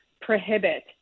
prohibit